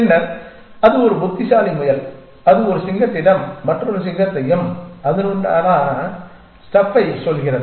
பின்னர் அது ஒரு புத்திசாலி முயல் அது ஒரு சிங்கத்திடம் மற்றொரு சிங்கத்தையும் அதனுடனான ஸ்டஃப்பை சொல்கிறது